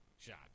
shot